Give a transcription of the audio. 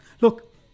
Look